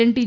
and T